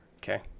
Okay